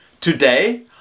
Today